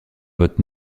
votre